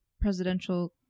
presidential